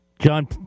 John